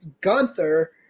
Gunther